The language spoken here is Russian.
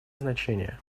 значение